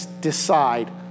decide